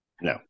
No